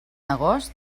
agost